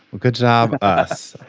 good job. us.